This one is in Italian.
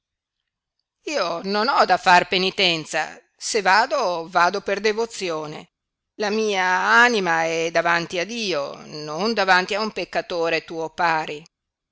io non ho da far penitenza se vado vado per devozione la mia anima è davanti a dio non davanti a un peccatore tuo pari